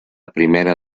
primera